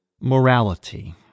morality